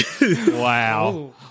Wow